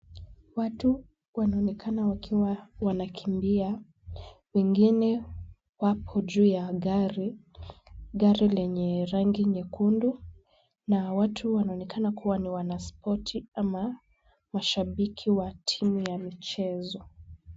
Watu wanaonekana wakiwa wanakimbia, wengine wapo juu ya gari, gari lenye rangi nyekundu na watu wanaonekana kuwa ni wanaspoti ama mashabiki wa timu ya michezo.